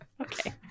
Okay